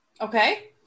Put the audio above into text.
Okay